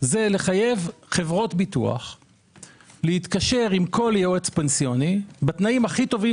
לחייב חברות ביטוח להתקשר עם כל יועץ פנסיוני בתנאים הכי טובים